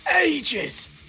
ages